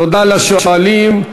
תודה לשואלים.